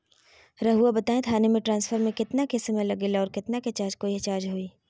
रहुआ बताएं थाने ट्रांसफर में कितना के समय लेगेला और कितना के चार्ज कोई चार्ज होई?